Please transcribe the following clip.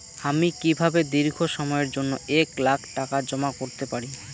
আমি কিভাবে দীর্ঘ সময়ের জন্য এক লাখ টাকা জমা করতে পারি?